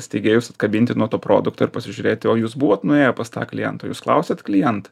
steigėjus atkabinti nuo to produkto ir pasižiūrėti o jūs buvot nuėję pas tą klientą jūs klausėt klientą